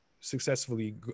successfully